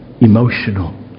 emotional